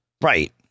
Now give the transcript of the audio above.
Right